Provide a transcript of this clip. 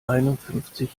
einundfünfzig